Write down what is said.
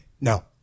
no